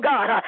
God